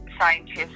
scientists